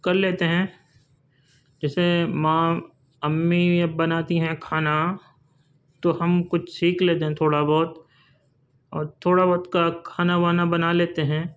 کر لیتے ہیں جیسے ماں امی اب بناتی ہیں کھانا تو ہم کچھ سیکھ لیتے ہیں تھوڑا بہت اور تھوڑا بہت کا کھانا وانا بنا لیتے ہیں